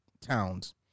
towns